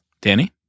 Danny